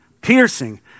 piercing